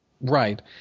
Right